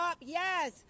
Yes